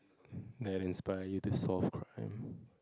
that inspire you to solve crime